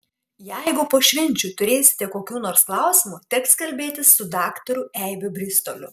jeigu po švenčių turėsite kokių nors klausimų teks kalbėtis su daktaru eibių bristoliu